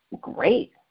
great